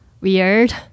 weird